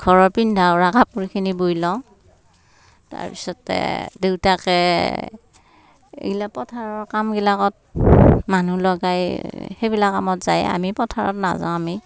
ঘৰৰ পিন্ধা উৰা কাপোৰখিনি বৈ লওঁ তাৰপিছতে দেউতাকে এইগিলা পথাৰৰ কামগিলাকত মানুহ লগাই সেইবিলাক কামত যায় আমি পথাৰত নাযাওঁ আমি